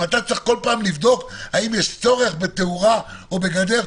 אם אתה צריך כל פעם לבדוק האם יש צורך בתאורה או בגדר,